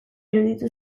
iruditu